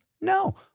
No